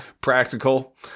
practical